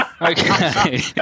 Okay